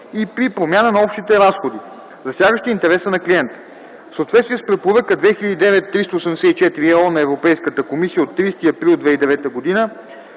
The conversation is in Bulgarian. и при промяна на общите разходи), засягаща интереса на клиента. В съответствие с Препоръка 2009/384/ЕО на Европейската комисия от 30 април 2009 г.